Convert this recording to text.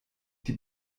die